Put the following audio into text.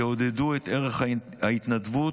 יעודדו את ערך ההתנדבות,